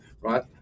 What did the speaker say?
right